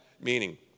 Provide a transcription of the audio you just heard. meaning